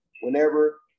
whenever